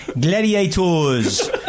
gladiators